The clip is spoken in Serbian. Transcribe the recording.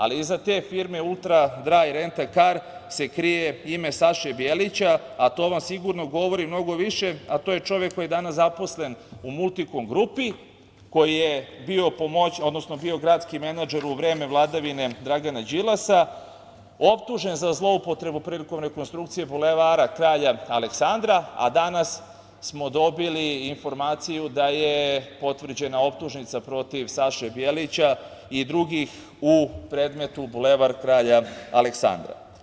Ali, iza te firme „Ultradraj rentakar“ se krije ime Saše Bjelića, a to vam sigurno govori mnogo više, a to je čovek koji je danas zaposlen u „Multikom grupi“, koji je bio gradski menadžer u vreme vladavine Dragana Đilasa, optužen za zloupotrebu prilikom rekonstrukcije Bulevara Kralja Aleksandra, a danas smo dobili i informaciju da je potvrđena optužnica protiv Saše Bjelića i drugih u predmetu Bulevar Kralja Aleksandra.